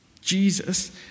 Jesus